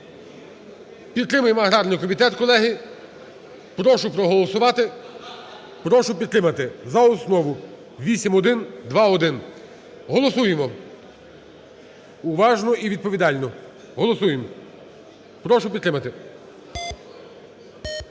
Підтримаємо аграрний комітет, колеги, прошу проголосувати, прошу підтримати за основу 8121. Голосуємо уважно і відповідально, голосуємо, прошу підтримати.